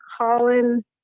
Colin